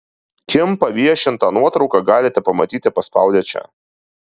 kim paviešintą nuotrauką galite pamatyti paspaudę čia